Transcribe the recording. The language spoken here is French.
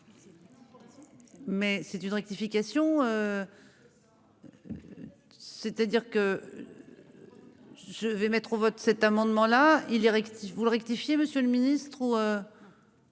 Mais c'est une rectification. C'est-à-dire que. Je vais mettre au vote cet amendement là il est vous le rectifiez, Monsieur le Ministre,